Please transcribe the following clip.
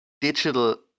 digital